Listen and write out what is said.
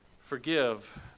forgive